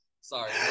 Sorry